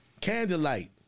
Candlelight